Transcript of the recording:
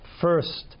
first